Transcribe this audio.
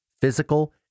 physical